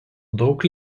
daug